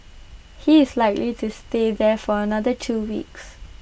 he is likely to stay there for another two weeks